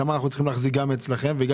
למה אנחנו צריכים להחזיק גם אצלכם וגם